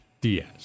Diaz